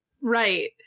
Right